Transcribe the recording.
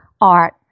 art